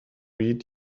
eat